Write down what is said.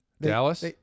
Dallas